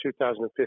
2015